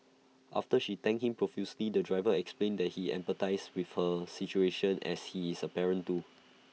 after she thanked him profusely the driver explained that he empathised with her situation as he is A parent too